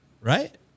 Right